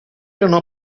erano